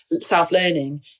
self-learning